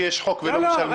שיש חוק ולא משלמים.